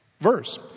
verse